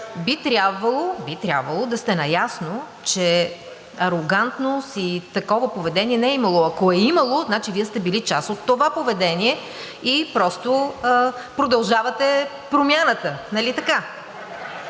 Би трябвало да сте наясно, че арогантност и такова поведение не е имало. Ако е имало, значи Вие сте били част от това поведение и просто продължавате промяната, нали така?